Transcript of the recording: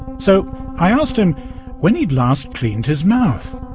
so i asked him when he had last cleaned his mouth?